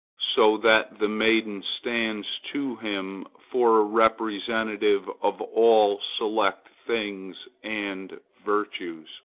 so that the maiden stands to him for a representative of all select things and virtues.